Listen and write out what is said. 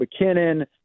McKinnon